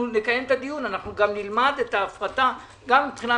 נקיים את הדיון, גם נלמד את ההפרטה גם משפטית,